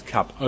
Cup